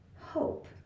hope